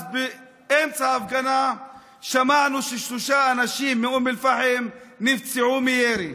באמצע ההפגנה שמענו ששלושה אנשים מאום אל-פחם נפצעו מירי.